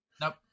Nope